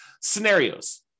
scenarios